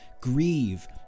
Grieve